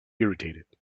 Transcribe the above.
irritated